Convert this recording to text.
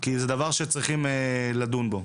כי זה דבר שצריכים לדון בו.